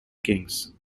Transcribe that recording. kings